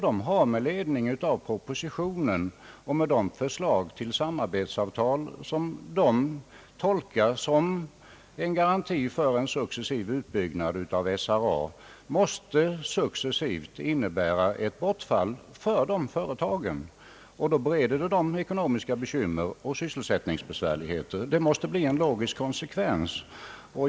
De har med ledning av propositionen och förslaget till samarbetsavtal tolkat detta som en garanti för en successiv utbyggnad av SRA, vilket måste innebära ett bortfall för dessa företag, vilket kan bereda dem ekonomiska bekymmer och sysselsättningssvårigheter. Detta måste bli den logiska konsekvensen.